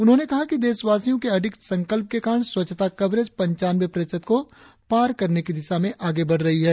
उन्होंने कहा कि देशवासियो के अडिग संकल्प के कारण स्वच्छता कवरेज पंचानवे प्रतिशत को पार करने की दिशा में आगे बढ़ रही है